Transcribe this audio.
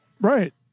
Right